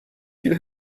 viel